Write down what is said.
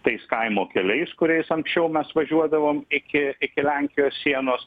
tais kaimo keliais kuriais anksčiau mes važiuodavom iki iki lenkijos sienos